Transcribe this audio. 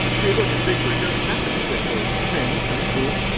hey look, it's bigfoot joe's snap that shit page. man, he's so cool.